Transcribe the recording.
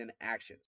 actions